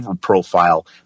profile